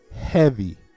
heavy